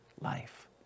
life